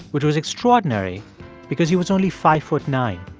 which was extraordinary because he was only five foot nine.